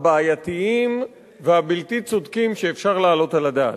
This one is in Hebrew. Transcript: הבעייתיים והבלתי-צודקים שאפשר להעלות על הדעת.